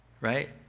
right